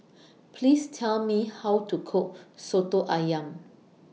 Please Tell Me How to Cook Soto Ayam